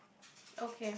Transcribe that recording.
okay